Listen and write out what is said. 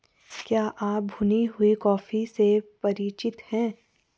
क्या आप भुनी हुई कॉफी से परिचित हैं?